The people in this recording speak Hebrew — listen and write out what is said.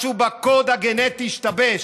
משהו בקוד הגנטי השתבש.